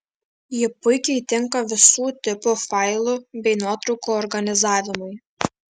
ji puikiai tinka visų tipų failų bei nuotraukų organizavimui